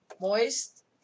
Moist